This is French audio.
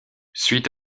suit